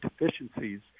deficiencies